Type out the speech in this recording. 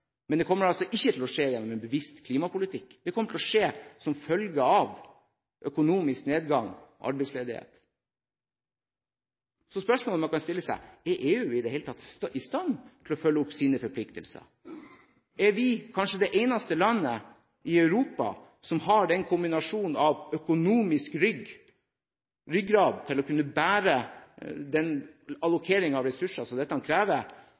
men det kommer ikke til å skje gjennom en bevisst klimapolitikk. Det kommer til å skje som følge av økonomisk nedgang og arbeidsledighet. Spørsmålet man kan stille seg, er om EU i det hele er i stand til å følge opp sine forpliktelser. Er vi kanskje det eneste landet i Europa som har kombinasjonen av økonomisk ryggrad til å kunne bære den allokering av ressurser som dette krever,